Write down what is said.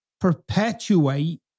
perpetuate